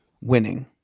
winning